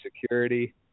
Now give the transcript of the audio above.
security